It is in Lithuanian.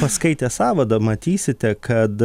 paskaitęs sąvadą matysite kad